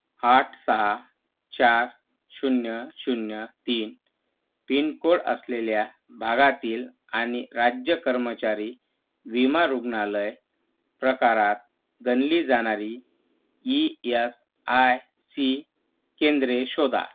आठ सहा चार शून्य शून्य तीन पिन कोड असलेल्या भागातील आणि राज्य कर्मचारी विमा रुग्णालय प्रकारात गणली जाणारी ई एस आय सी केंद्रे शोधा